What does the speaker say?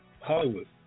Hollywood